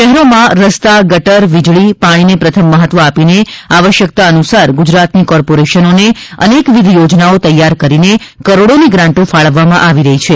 શહેરોમાં રસ્તા ગટર વીજળી પાણીને પ્રથમ મહત્વ આપીને આવશ્યકતા અનુસાર ગુજરાતની કોર્પોરેશનોને અનેકવિધ યોજનાઓ તૈયાર કરીને કરોડોની ગ્રાંટો ફાળવવામાં આવી રહી છે